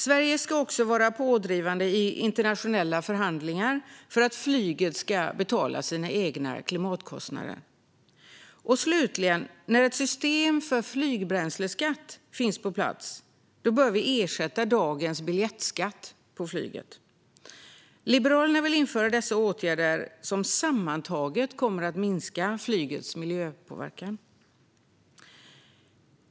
Sverige ska även vara pådrivande i internationella förhandlingar för att flyget ska betala för sina egna klimatkostnader. Och, slutligen: När ett system för flygbränsleskatt finns på plats bör det ersätta dagens biljettskatt på flyget. Liberalerna vill vidta dessa åtgärder, som sammantaget kommer att minska flygets miljöpåverkan.